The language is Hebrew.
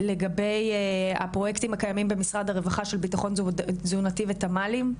לגבי הפרויקטים הקיימים במשרד הרווחה של ביטחון תזונתי ותמ"לים,